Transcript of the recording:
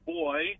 boy